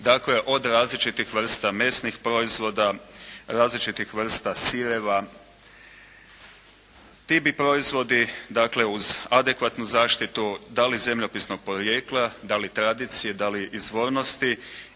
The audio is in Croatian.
Dakle, od različitih vrsta mesnih proizvoda, različitih vrsta sireva. Ti bi proizvodi dakle uz adekvatnu zaštitu da li zemljopisnog podrijetla, da li tradicije, da li izvornosti